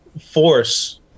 force